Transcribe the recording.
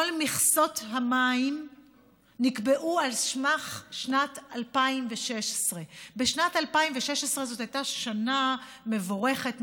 כל מכסות המים נקבעו על סמך שנת 2016. שנת 2016 הייתה שנה מבורכת,